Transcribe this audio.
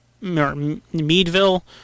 meadville